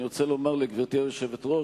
אני רוצה לומר לגברתי היושבת-ראש,